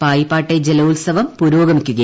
പായിപ്പാട്ടെ ജലോത്സവം പുരോഗമിക്കുന്നു